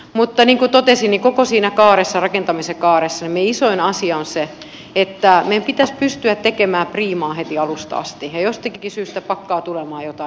mutta niin kuin totesin koko siinä rakentamisen kaaressa isoin asia on se että meidän pitäisi pystyä tekemään priimaa heti alusta asti ja jostakin syystä pakkaa tulemaan jotain muuta